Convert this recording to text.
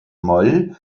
moll